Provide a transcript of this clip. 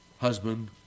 husband